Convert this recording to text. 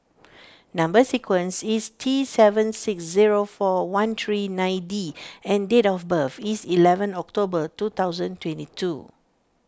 Number Sequence is T seven six zero four one three nine D and date of birth is eleven October two thousand twenty two